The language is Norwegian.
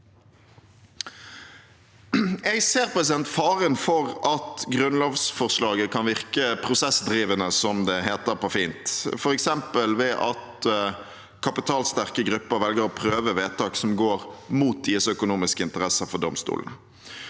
Jeg ser faren for at grunnlovsforslaget kan virke prosessdrivende, som det heter på fint, f.eks. ved at kapitalsterke grupper velger å prøve vedtak som går mot deres økonomiske interesser, for domstolene.